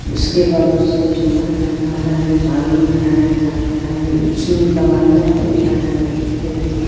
उसके बाद उसको जोता जाता है पानी लगाया जाता है उसमें दवाइयाँ फेका जाती फेकी